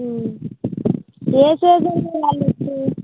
ఏ సీజన్లో వెళ్ళ వచ్చు